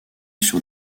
sur